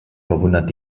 verwundert